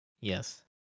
Yes